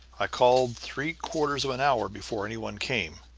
i called three quarters of an hour before any one came,